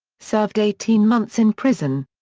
served eighteen months in prison.